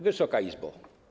Wysoka Izbo!